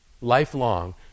Lifelong